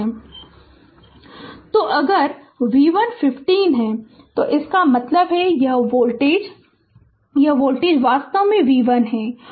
Refer Slide Time 2434 तो अगर V 1 15 है तो इसका मतलब है यह वोल्टेज यह वोल्टेज वास्तव में V 1 है